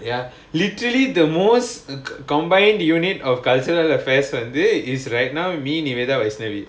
ya literally the most combined unit of cultural affairs per day is right now vaishnavi